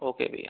okay भैया